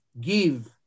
give